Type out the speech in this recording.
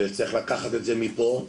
וצריך לקחת את זה מפה,